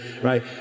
right